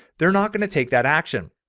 they're not going to take that action.